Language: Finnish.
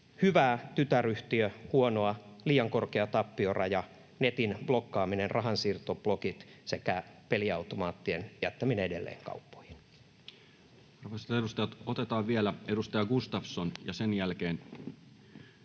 Hyvää: tytäryhtiö. Huonoa: liian korkea tappioraja, netin blokkaaminen, rahansiirtoblokit sekä peliautomaattien jättäminen edelleen kauppoihin.